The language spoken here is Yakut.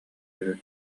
үһү